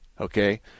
okay